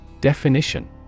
Definition